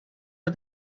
are